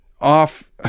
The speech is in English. off